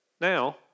now